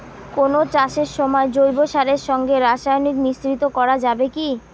যে কোন চাষের সময় জৈব সারের সঙ্গে রাসায়নিক মিশ্রিত করা যাবে কি?